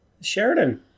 Sheridan